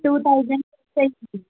two thousand pay